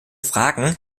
fragen